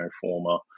former